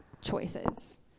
choices